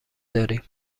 داریم